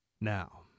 Now